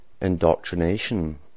indoctrination